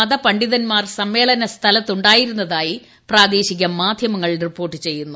മതപണ്ഡിതന്മാർ സമ്മേളനസ്ഥലത്തു ായിരുന്നതായി പ്രാദേശിക മാധ്യമങ്ങൾ റിപ്പോർട്ടു ചെയ്യുന്നു